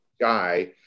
guy